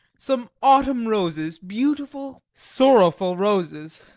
some autumn roses, beautiful, sorrowful roses.